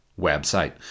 website